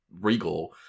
regal